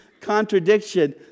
contradiction